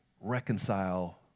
reconcile